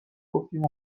گفتیم